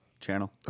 Channel